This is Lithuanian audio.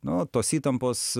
nu tos įtampos